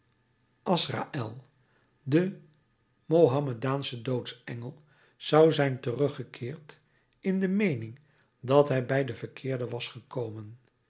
azraël de mahomedaansche doodsengel zou zijn teruggekeerd in de meening dat hij bij den verkeerde was gekomen